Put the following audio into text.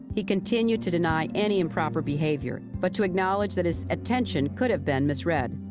he continued to deny any improper behavior but to acknowledge that his attention could have been misread.